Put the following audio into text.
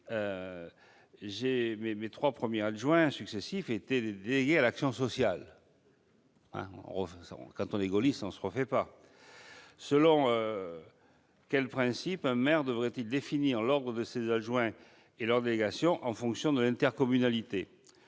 mes trois premiers adjoints successifs étaient délégués à l'action sociale- quand on est gaulliste, on ne se refait pas ... Selon quels principes un maire devrait-il définir l'ordre de ses adjoints et leurs délégations en fonction de l'intercommunalité ?